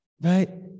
right